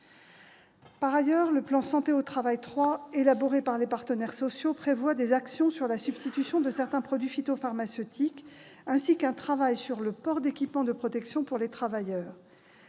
Par ailleurs, le plan santé au travail 3, élaboré par les partenaires sociaux, prévoit des actions de substitution de certains produits phytopharmaceutiques, ainsi qu'un travail sur le port d'équipements de protection pour les travailleurs.